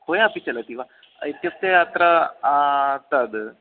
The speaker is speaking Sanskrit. कोया अपि चलति वा इत्युक्ते अत्र तद्